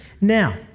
Now